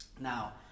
Now